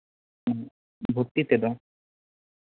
ᱦᱮᱸ ᱵᱷᱚᱨᱛᱤ ᱛᱮᱫᱚ